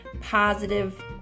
positive